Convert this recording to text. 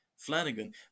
flanagan